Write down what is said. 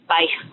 Bye